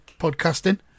podcasting